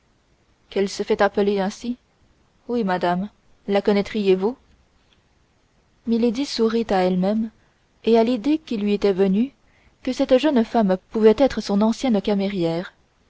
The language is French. qu'elle se fait appeler ainsi oui madame la connaîtriezvous milady sourit à elle-même et à l'idée qui lui était venue que cette jeune femme pouvait être son ancienne camérière